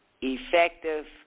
effective